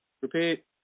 Repeat